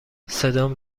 صدام